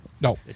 No